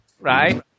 right